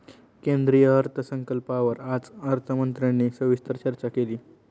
केंद्रीय अर्थसंकल्पावर आज अर्थमंत्र्यांनी सविस्तर चर्चा केली